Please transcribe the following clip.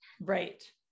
Right